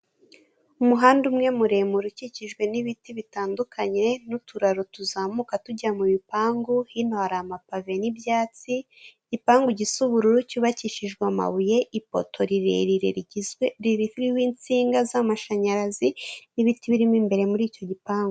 Umuhanda umwe muremure ukikijwe n'ibiti bitandukanye n'uturaro tuzamuka tujya mu bipangu hino hari amapave n'ibyatsi ,igipangu igisa ubururu cyubakishijwe amabuye, ipoto rirerire ririho insinga z'amashanyarazi n'ibiti birimo imbere muri icyo gipangu.